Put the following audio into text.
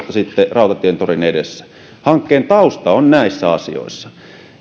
sitten rautatientorin edessä hankkeen tausta on näissä asioissa